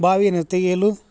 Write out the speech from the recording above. ಬಾವೀನು ತೆಗೆಯಲು